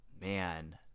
Man